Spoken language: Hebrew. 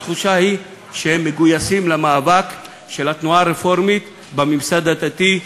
התחושה היא שהם מגויסים למאבק של התנועה הרפורמית בממסד הדתי,